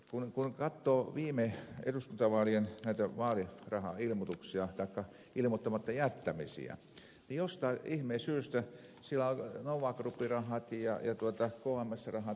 kun katsoo viime eduskuntavaalien vaalirahailmoituksia tai ilmoittamatta jättämisiä niin jostain ihmeen syystä siellä on nova groupin rahat ja kms rahat